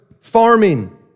Farming